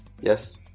Yes